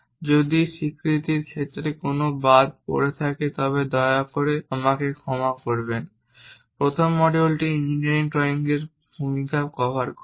এবং যদি স্বীকৃতির ক্ষেত্রে কোনও বাদ পড়ে থাকে তবে দয়া করে আমাদের ক্ষমা করবেন। প্রথম মডিউলটি ইঞ্জিনিয়ারিং ড্রয়িংয়ের ভূমিকা কভার করে